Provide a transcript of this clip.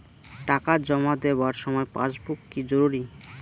টাকা জমা দেবার সময় পাসবুক কি জরুরি?